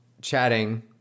Chatting